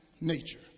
nature